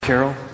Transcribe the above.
Carol